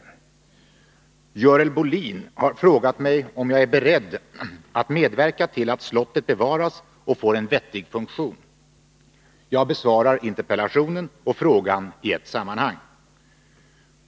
Görel Bohlin har frågat mig om jag är beredd att medverka till att slottet bevaras och får en vettig funktion. Jag besvarar interpellationen och frågan i ett sammanhang.